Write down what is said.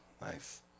nice